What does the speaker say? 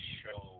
show